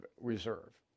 reserve